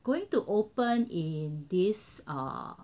going to open in this err